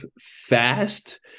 fast